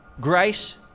grace